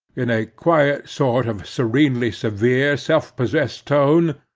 in a quiet sort of serenely severe self-possessed tone,